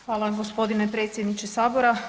Hvala vam gospodine predsjedniče sabora.